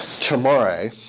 tomorrow